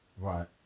Right